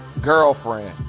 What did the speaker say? girlfriend